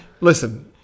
listen